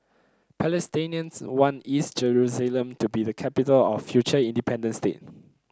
Palestinians want East Jerusalem to be the capital of a future independent state